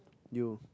you